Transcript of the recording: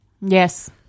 Yes